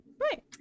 Right